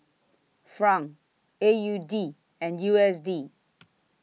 Franc A U D and U S D